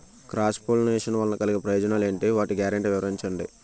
Cross pollination వలన కలిగే ప్రయోజనాలు ఎంటి? వాటి గ్యారంటీ వివరించండి?